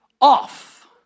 off